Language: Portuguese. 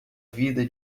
vida